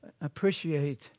appreciate